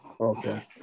Okay